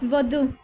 వద్దు